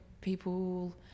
people